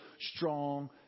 strong